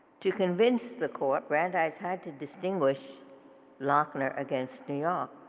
to convince the court, brandeis had to distinguish lochner against new york.